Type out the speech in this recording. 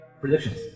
Predictions